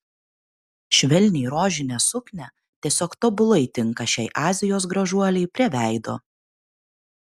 švelniai rožinė suknia tiesiog tobulai tinka šiai azijos gražuolei prie veido